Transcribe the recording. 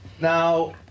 Now